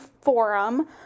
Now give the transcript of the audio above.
forum